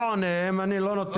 אני רוצה